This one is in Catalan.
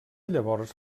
llavors